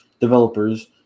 developers